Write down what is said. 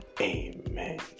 Amen